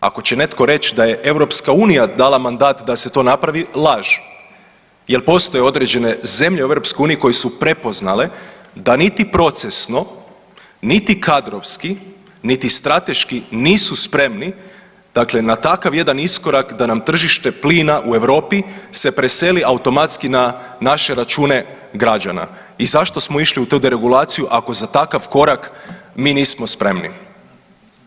Ako će netko reći da je EU dala mandat da se to napravi, laže jer postoje određene zemlje u EU koje su prepoznale da niti procesno niti kadrovski niti strateški nisu spremni dakle na takav jedan iskorak da nam tržište plina u Europi se preseli automatski na naše račune građana i zašto smo išli u tu deregulaciju ako za takav korak mi nismo spremni.